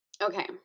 Okay